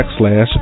backslash